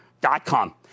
dot-com